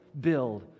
build